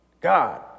God